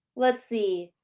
let's see.